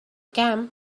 camp